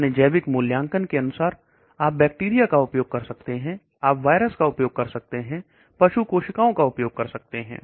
अपने जैविक मूल्यांकन के अनुसार आप बैक्टीरिया का उपयोग कर सकते हैं आप वायरस का उपयोग कर सकते हैं पशु कोशिकाओं का उपयोग कर सकते हैं